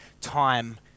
time